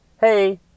hey